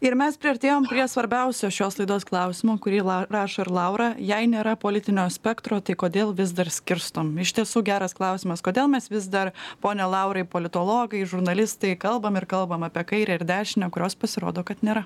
ir mes priartėjom prie svarbiausio šios laidos klausimo kurį rašo ir laura jei nėra politinio spektro tai kodėl vis dar skirstom iš tiesų geras klausimas kodėl mes vis dar pone laurai politologai žurnalistai kalbam ir kalbam apie kairę ir dešinę kurios pasirodo kad nėra